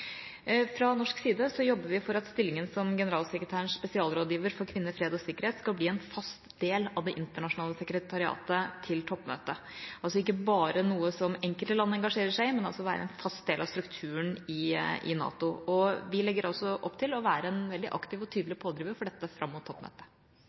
Fra norsk side jobber vi for at stillingen som generalsekretærens spesialrådgiver for kvinner, fred og sikkerhet skal bli en fast del av det internasjonale sekretariatet til toppmøtet – ikke bare noe som enkelte land engasjerer seg i, men altså være en fast del av strukturen i NATO. Vi legger opp til å være en veldig aktiv og